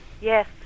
Yes